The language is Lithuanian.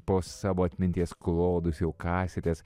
po savo atminties klodus jau kasėtės